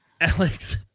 Alex